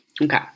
Okay